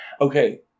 Okay